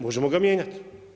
Možemo ga mijenjati.